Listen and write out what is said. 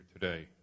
today